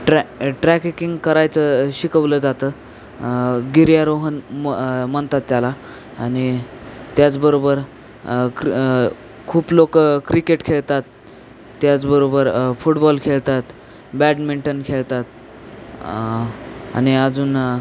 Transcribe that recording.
ट्रॅ trekking करायचं शिकवलं जातं गिर्यारोहण म म्हणतात त्याला आणि त्याचबरोबर क्र खूप लोक क्रिकेट खेळतात त्याचबरोबर फुटबॉल खेळतात बॅडमिंटन खेळतात आणि अजून